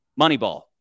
Moneyball